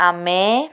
ଆମେ